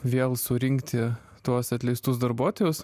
vėl surinkti tuos atleistus darbuotojus